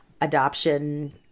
adoption